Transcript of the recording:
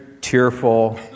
tearful